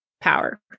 power